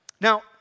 Now